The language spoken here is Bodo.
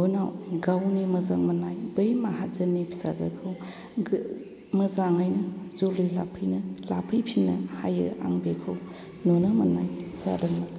उनाव गावनि मोजां मोननाय बै माहाजोननि फिसाजोखौ गो मोजाङै जुलि लाफैनो लाफैफिनो हायो आं बेखौ नुनो मोननाय जादोंमोन